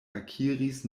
akiris